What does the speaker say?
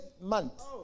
month